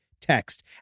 text